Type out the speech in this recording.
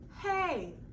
Hey